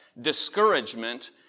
discouragement